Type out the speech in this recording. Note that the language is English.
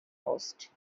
host